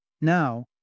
Now